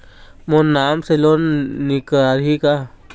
मोर नाम से लोन निकारिही का?